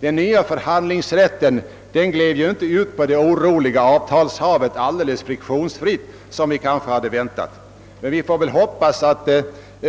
Den nya förhandlingsrätten gled ju inte ut på det oroliga avtalshavet alldeles friktionsfritt, som vi kanske hade väntat, men vi får väl hoppas att